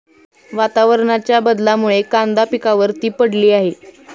वातावरणाच्या बदलामुळे कांदा पिकावर ती पडली आहे